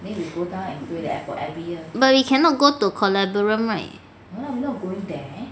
but we cannot go to columbarium right